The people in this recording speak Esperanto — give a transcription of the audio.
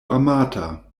amata